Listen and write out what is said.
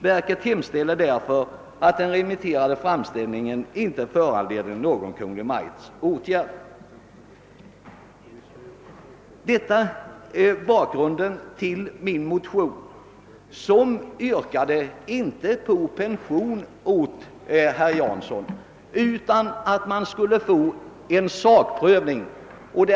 Verket hemställer därför, att den remitterade framställningen inte föranleder någon Kungl. Maj:ts åtgärd.» Detta är bakgrunden till min motion, i vilken jag inte hemställt om pension åt herr Jansson utan om en sakprövning av ärendet.